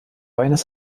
eines